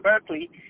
Berkeley